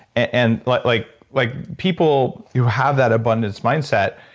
and like like like people who have that abundance mindset,